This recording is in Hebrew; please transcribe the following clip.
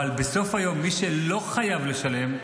אבל בסוף היום, מי שלא חייב לשלם,